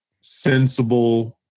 sensible